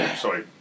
Sorry